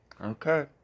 Okay